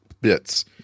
bits